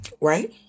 Right